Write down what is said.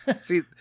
See